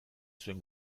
zuen